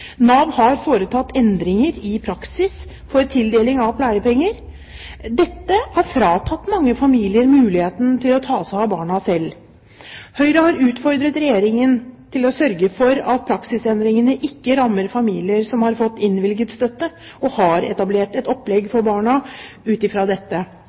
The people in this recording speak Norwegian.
Nav har foretatt endringer i praksis for tildeling av pleiepenger. Dette har fratatt mange familier muligheten til å ta seg av barna selv. Høyre har utfordret Regjeringen til å sørge for at praksisendringene ikke rammer familier som har fått innvilget støtte og har etablert et opplegg for barna ut fra dette.